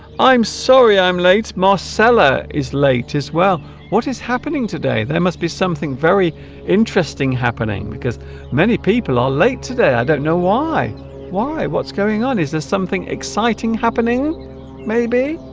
i'm sorry i'm late marcela is late as well what is happening today there must be something very interesting happening because many people are late today i don't know why why what's going on is there something exciting happening maybe